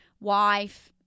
wife